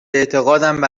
اعتقادم